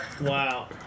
Wow